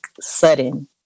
sudden